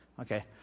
Okay